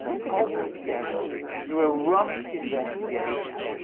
cobbled together through a rushed investigation,